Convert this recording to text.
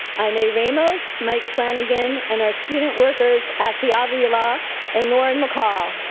aimee ramos, mike flanagan, and our student workers, ashley ah avila and lauren mccall.